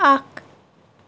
اَکھ